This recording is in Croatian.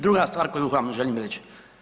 Druga stvar koju vam želim reći.